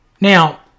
Now